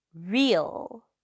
real